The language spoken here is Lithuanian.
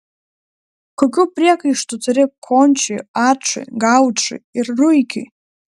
kokių priekaištų turi končiui ačui gaučui ir ruikiui